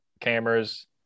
cameras